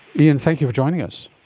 ian, thank you for joining us.